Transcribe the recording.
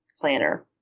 planner